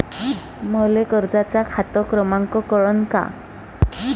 मले कर्जाचा खात क्रमांक कळन का?